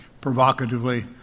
provocatively